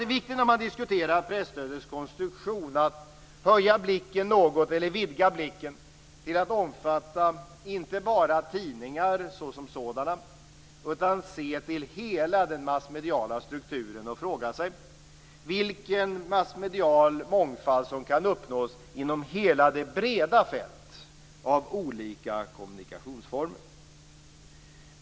Det är viktigt när man diskuterar presstödets konstruktion att vidga blicken något till att omfatta inte bara tidningar utan också se till hela den massmediala strukturen och fråga sig vilken massmedial mångfald som kan uppnås genom hela det breda fältet av olika kommunikationsformer.